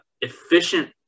efficient